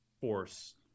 force